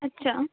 ਅੱਛਾ